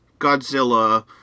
Godzilla